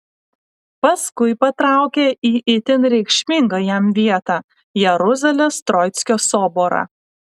paskui patraukė į itin reikšmingą jam vietą jeruzalės troickio soborą